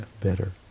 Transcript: better